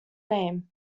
name